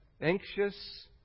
anxious